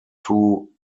two